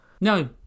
no